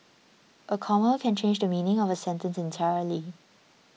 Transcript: a comma can change the meaning of a sentence entirely